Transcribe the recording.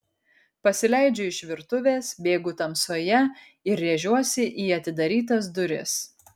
pasileidžiu iš virtuvės bėgu tamsoje ir rėžiuosi į atidarytas duris